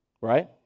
right